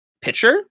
pitcher